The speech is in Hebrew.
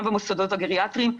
גם במוסדות הגריאטריים,